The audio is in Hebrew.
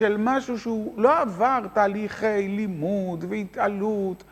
של משהו שהוא לא עבר תהליכי לימוד והתעלות.